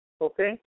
Okay